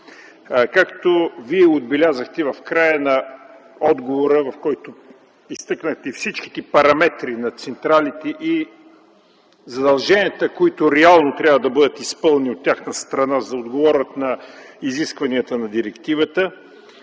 Както Вие отбелязахте в края на отговора, като изтъкнахте всички параметри на централите и задълженията, които реално трябва да бъдат изпълнени от тяхна страна, за да отговорят на изискванията на директивата,